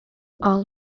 all